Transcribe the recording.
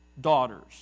daughters